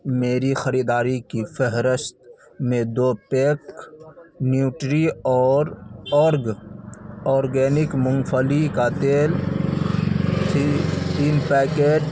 میری خریداری کی فہرست میں دو پیک نیوٹری اور اورگ آرگینک مونگ پھلی کا تیل تین پیکٹ